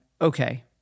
okay